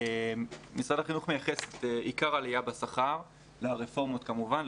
משרד החינוך מייחס את עיקר העלייה בשכר לרפורמות כמובן,